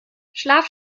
schlaf